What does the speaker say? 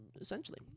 essentially